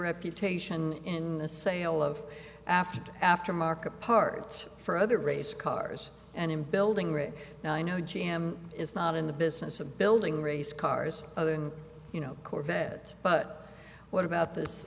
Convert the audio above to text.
reputation in the sale of after aftermarket parts for other race cars and in building right now i know g m is not in the business of building race cars other than you know corvette but what about this